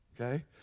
Okay